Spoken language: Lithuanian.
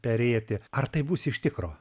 perėti ar tai bus iš tikro